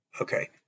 Okay